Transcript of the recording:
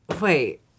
Wait